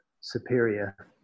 superior